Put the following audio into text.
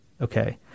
Okay